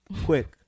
quick